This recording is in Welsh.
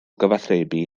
gyfathrebu